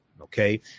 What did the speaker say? okay